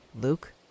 Luke